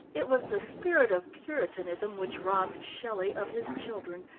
it was the spirit of puritanism which robbed shelley of his children,